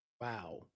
Wow